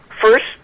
first